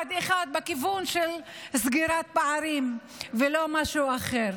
צעד אחד בכיוון של סגירת פערים ולא משהו אחר.